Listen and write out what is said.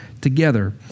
together